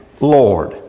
Lord